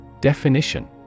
Definition